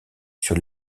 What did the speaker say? sur